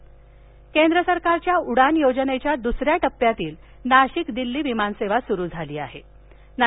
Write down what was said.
उडान केंद्र सरकारच्या उडान योजनेच्या दुसऱ्या टप्प्यातील नाशिक दिल्ली विमान सेवा सुरू झाली याहे